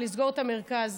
ולסגור את המרכז.